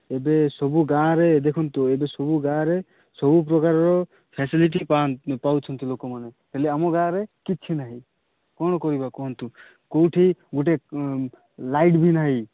ଏବେ ସବୁ ଗାଁରେ ଦେଖନ୍ତୁ ଏବେ ସବୁ ଗାଁରେ ସବୁ ପ୍ରକାରର ଫେସିଲିଟି ପାଉଛନ୍ତି ଲୋକମାନେ ହେଲେ ଆମ ଗାଁରେ କିଛି ନାହିଁ କ'ଣ କରିବା କୁହନ୍ତୁ କେଉଁଠି ଗୋଟେ ଲାଇଟ୍ ବି ନାହିଁ